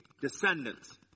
descendants